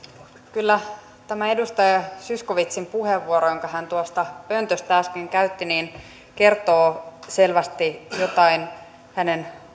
kyllä tämä edustaja zyskowiczin puheenvuoro jonka hän tuosta pöntöstä äsken käytti kertoo selvästi jotain hänen